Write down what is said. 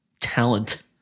talent